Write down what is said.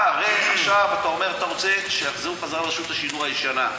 עכשיו אתה אומר שאתה רוצה שיחזרו חזרה לרשות השידור הישנה.